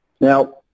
Now